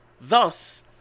Thus